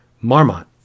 Marmot